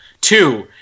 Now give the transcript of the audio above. Two